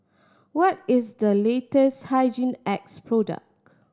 what is the latest Hygin X product